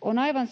On aivan